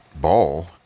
ball